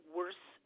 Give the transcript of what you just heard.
worse